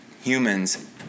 humans